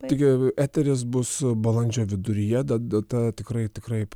taigi eteris bus balandžio viduryje da data tikrai tikrai